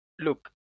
look